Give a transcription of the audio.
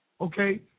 Okay